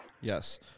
Yes